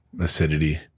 acidity